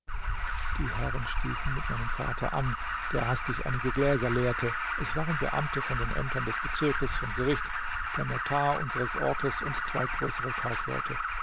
die herren stießen mit meinem vater an der hastig einige gläser leerte es waren beamte von den ämtern des bezirkes vom gericht der notar unseres ortes und zwei größere kaufleute